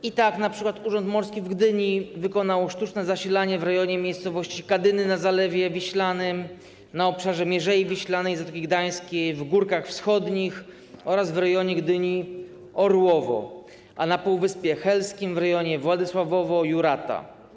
I tak np. Urząd Morski w Gdyni wykonał sztuczne zasilanie w rejonie miejscowości Kadyny na Zalewie Wiślanym, na obszarze Mierzei Wiślanej Zatoki Gdańskiej, w Górkach Wschodnich oraz w rejonie Gdyni Orłowo, a na Półwyspie Helskim w rejonie Władysławowo-Jurata.